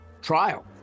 trial